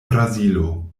brazilo